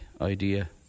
idea